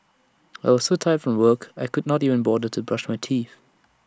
I was so tired from work I could not even bother to brush my teeth